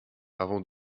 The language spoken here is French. avant